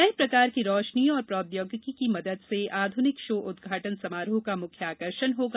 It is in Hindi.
नए प्रकार की रोशनी और प्रौद्योगिकी की मदद से आध्निक शो उदघाटन समारोह का मुख्य आकर्षण होगा